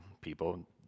people